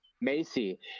macy